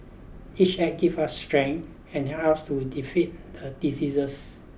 each act gave us strength and helped us to defeat the diseases